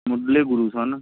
ਮੁੱਢਲੇ ਗੁਰੂ ਸਨ